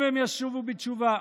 אם הם ישובו בתשובה,